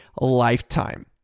lifetime